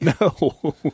No